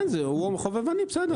כן, הוא חובבני, בסדר.